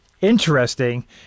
Interesting